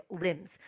limbs